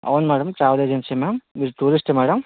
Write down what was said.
అవును madam travel agency madam మీరు టూరిస్టా మ్యాడమ్